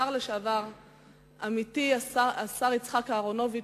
השר לשעבר עמיתי יצחק אהרונוביץ.